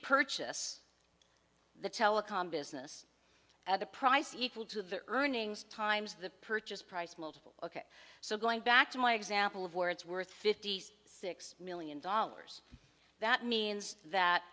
repurchase the telecom business at a price equal to the earnings times the purchase price multiple ok so going back to my example of where it's worth fifty six million dollars that means that